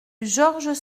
georges